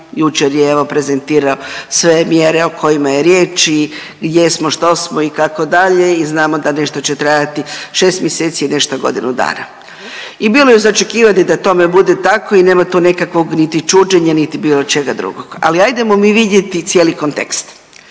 jučer je evo prezentirao sve mjere o kojima je riječ i gdje smo, što smo i kako dalje i znamo da nešto će trajati 6 mjeseci, a nešto godinu dana. I bilo je za očekivati da to tome bude tako i nema tu nekakvog niti čuđenja, niti bilo čega drugog. Ali ajdemo mi vidjeti cijeli kontekst.